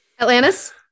Atlantis